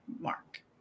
mark